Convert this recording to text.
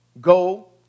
go